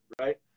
right